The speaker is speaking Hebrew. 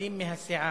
מקבלים מהסיעה,